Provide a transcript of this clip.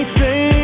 say